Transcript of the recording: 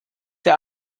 der